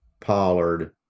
Pollard